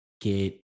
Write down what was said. get